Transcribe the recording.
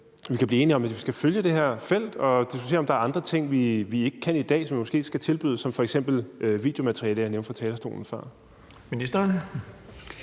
vi kan blive enige om, at vi skal følge det her felt og diskutere, om der er andre ting, vi ikke kan tilbyde i dag, som vi måske skal tilbyde, f.eks. videomateriale, som jeg nævnte fra talerstolen